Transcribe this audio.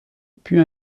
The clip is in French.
puis